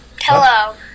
Hello